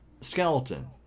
skeleton